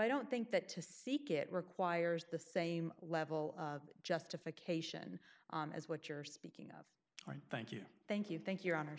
i don't think that to seek it requires the same level of justification as what you're speaking of right thank you thank you thank your hon